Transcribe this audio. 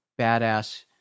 badass